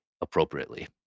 appropriately